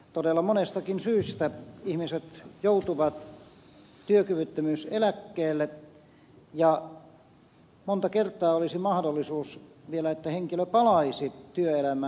todella monestakin syystä ihmiset joutuvat työkyvyttömyyseläkkeelle ja monta kertaa olisi mahdollisuus vielä siihen että henkilö palaisi työelämään